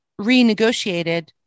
renegotiated